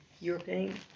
european